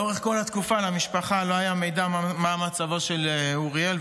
לאורך כל התקופה למשפחה לא היה מידע מה מצבו של אוריאל,